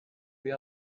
the